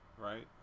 Right